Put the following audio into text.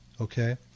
okay